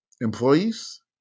employees